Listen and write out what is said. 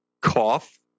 cough